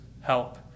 help